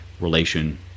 relation